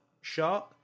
shark